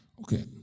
Okay